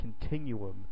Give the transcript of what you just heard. continuum